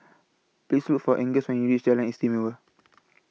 Please Look For Angus when YOU REACH Jalan Istimewa